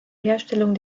herstellung